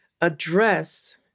address